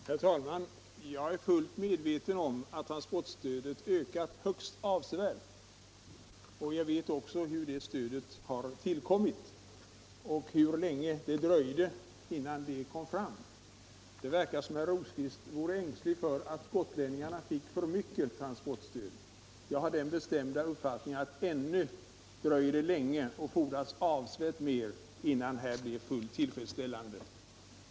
Herr talman! Jag är fullt medveten om att transportstödet ökat högst avsevärt. Jag vet också hur det stödet har tillkommit och hur länge det dröjde innan det kom till. Det verkar som om herr Rosqvist vore ängslig för att gotlänningarna fick för mycket transportstöd. Jag har den bestämda uppfattningen att ännu dröjer det länge och fordras avsevärt mer innan det blir fullt tillfredsställande.